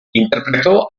interpretó